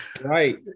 Right